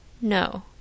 no